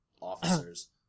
officers